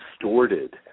distorted